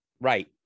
Right